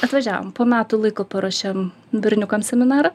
atvažiavom po metų laiko paruošėm berniukam seminarą